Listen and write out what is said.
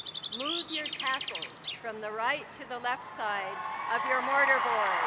move your tassels from the right to the left side of your mortarboard.